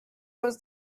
was